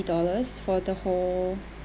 dollars for the whole